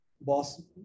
boss